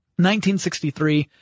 1963